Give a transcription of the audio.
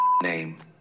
name